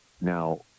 now